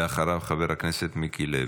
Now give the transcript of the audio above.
ואחריו, חבר הכנסת מיקי לוי.